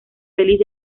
feliz